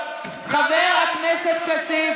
חבר הכנסת כסיף